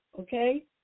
okay